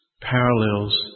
parallels